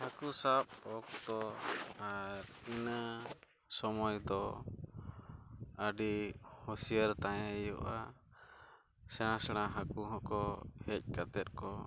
ᱦᱟᱹᱠᱩ ᱥᱟᱵ ᱚᱠᱛᱚ ᱟᱨ ᱤᱱᱟᱹ ᱥᱚᱢᱚᱭ ᱫᱚ ᱟᱹᱰᱤ ᱦᱩᱸᱥᱭᱟᱹᱨ ᱛᱟᱦᱮᱸ ᱦᱩᱭᱩᱜᱼᱟ ᱥᱮᱬᱟ ᱥᱮᱬᱟ ᱦᱟᱹᱠᱩ ᱦᱚᱸᱠᱚ ᱦᱮᱡ ᱠᱟᱛᱮᱫ ᱠᱚ